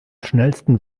schnellsten